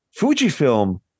Fujifilm